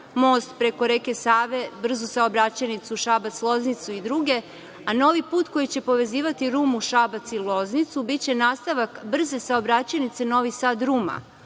most preko reke Save, brzu saobraćajnicu Šabac-Loznica i druge, a novi put koji će povezivati Rumu, Šabac i Loznicu će biti nastavak brze saobraćajnice Novi Sad-Ruma,